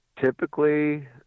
Typically